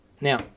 Now